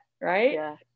Right